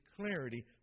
clarity